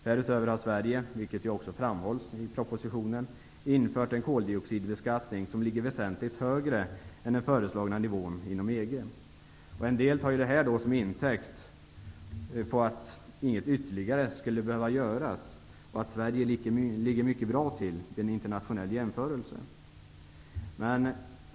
Härutöver har Sverige, vilket också framhålls i propositionen, infört en koldioxidbeskattning som ligger väsentligt högre än den föreslagna nivån inom EG. En del tar detta som intäkt för att inget ytterligare behöver göras, och att Sverige ligger mycket bra till vid en internationell jämförelse.